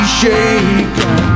shaken